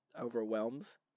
overwhelms